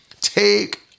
Take